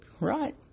Right